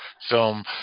film